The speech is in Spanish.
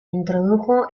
introdujo